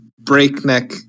breakneck